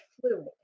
fluid